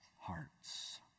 hearts